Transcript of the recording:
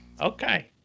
Okay